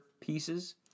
pieces